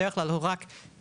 בדרך כלל הוא רק מיטיב.